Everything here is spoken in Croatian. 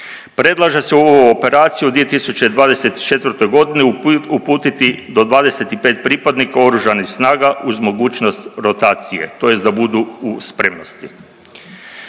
Predlaže se u ovu operaciju u 2024.g. uputiti do 25 pripadnika oružanih snaga uz mogućnost rotacije tj. da budu u spremnosti.